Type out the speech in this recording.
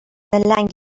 لنگ